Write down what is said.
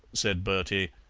said bertie,